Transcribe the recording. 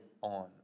on